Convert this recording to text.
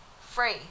free